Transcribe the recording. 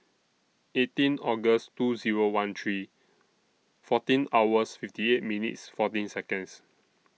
eighteen August two Zero one three fourteen hours fifty eight minutes fourteen Seconds